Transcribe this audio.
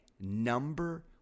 Number